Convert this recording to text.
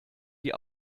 die